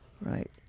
Right